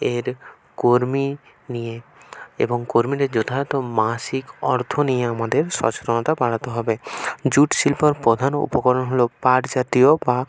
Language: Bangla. এর কর্মী নিয়ে এবং কর্মীদের যথার্থ মাসিক অর্থ নিয়ে আমাদের সচেতনতা বাড়াতে হবে জুট শিল্পর প্রধান উপকরণ হলো পাট জাতীয় বা